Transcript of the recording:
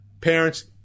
Parents